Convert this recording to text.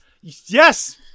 Yes